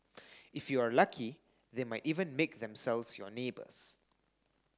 if you are lucky they might even make themselves your neighbours